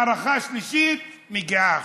ומערכה שלישית מגיעה עכשיו.